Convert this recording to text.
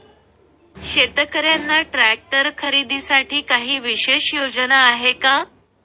शेतकऱ्यांना ट्रॅक्टर खरीदीसाठी काही विशेष योजना आहे का?